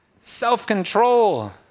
self-control